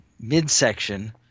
Midsection